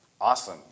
Awesome